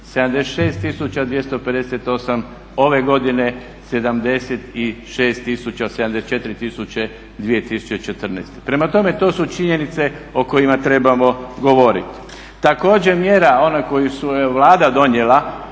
258, ove godine 76 tisuća, 74 tisuće 2014. Prema tome to su činjenice o kojima trebamo govoriti. Također mjera ona koju je Vlada donijela